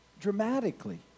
dramatically